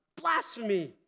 blasphemy